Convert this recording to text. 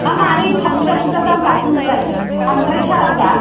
हा मानो एफा बुरजा बुरजा दाम लाखो नोंलाय बांद्रायथारा होम्बा